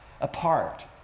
apart